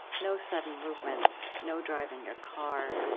no sudden movements, no driving your car,